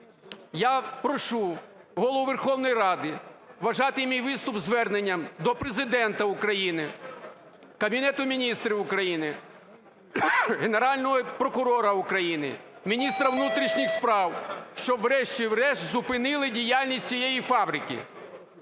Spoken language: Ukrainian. Я прошу Голову Верховної Ради вважати мій виступ зверненням до Президента України, Кабінету Міністрів України, Генерального прокурора України, міністра внутрішніх справ, щоб врешті-решт зупинили діяльність цієї фабрики,